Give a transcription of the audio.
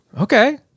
okay